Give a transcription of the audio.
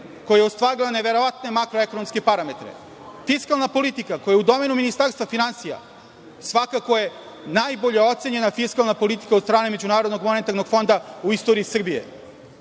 koja je ostvarila neverovatne makroekonomske parametre. Fiskalna politika koja je u domenu Ministarstva finansija svakako je najbolje ocenjena fiskalna politika od strane MMF u istoriji Srbije. Šta